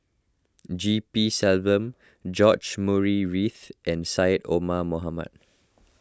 G P Selvam George Murray Reith and Syed Omar Mohamed